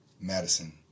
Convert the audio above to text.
Madison